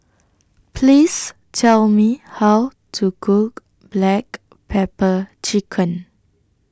Please Tell Me How to Cook Black Pepper Chicken